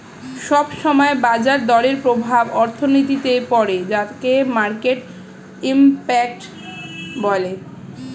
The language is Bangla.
সব সময় বাজার দরের প্রভাব অর্থনীতিতে পড়ে যাকে মার্কেট ইমপ্যাক্ট বলে